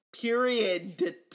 Period